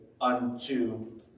unto